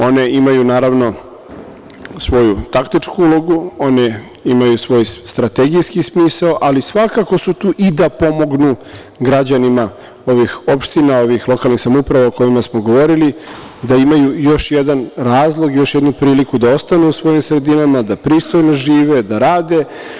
One imaju, naravno, svoju taktičku ulogu, one imaju svoj strategijski smisao, ali svakako su tu i da pomognu građanima ovih opština, ovih lokalnih samouprava o kojima smo govorili da imaju još jedan razlog, još jednu priliku da ostanu u svojim sredinama, da pristojno žive, da rade.